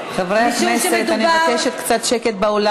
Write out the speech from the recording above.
חברי הכנסת, אני מבקשת קצת שקט באולם.